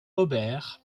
hobert